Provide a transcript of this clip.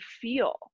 feel